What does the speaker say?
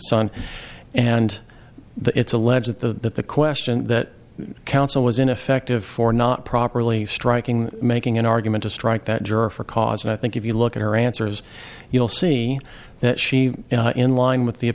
son and the it's alleged that the question that counsel was ineffective for not properly striking making an argument to strike that juror for cause and i think if you look at her answers you'll see that she in line with the